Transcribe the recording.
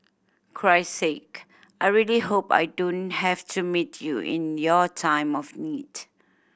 Christ Sake I really hope I don't have to meet you in your time of need